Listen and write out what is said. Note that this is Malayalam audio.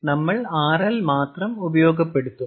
അതിനാൽ നമ്മൾ RL മാത്രം ഉപയോഗപ്പെടുത്തും